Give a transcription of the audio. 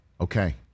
Okay